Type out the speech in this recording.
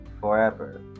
forever